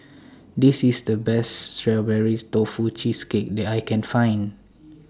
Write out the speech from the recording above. This IS The Best Strawberries Tofu Cheesecake that I Can Find